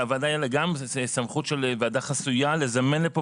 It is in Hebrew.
שלוועדה גם תהיה סמכות של ועדה חסויה לזמן לפה